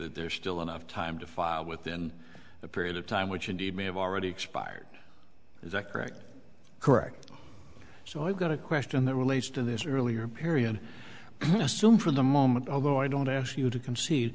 that there's still enough time to file within the period of time which indeed may have already expired is that correct correct so i've got a question that relates to this earlier period assume for the moment although i don't ask you to conceive